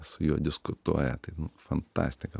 su juo diskutuoja tai fantastika